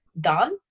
done